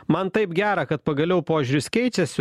man taip gera kad pagaliau požiūris keičiasi